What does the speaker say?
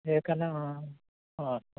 সেইকাৰণে অঁ